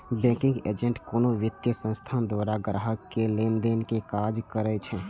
banking agent कोनो वित्तीय संस्थान द्वारा ग्राहक केर लेनदेन के काज करै छै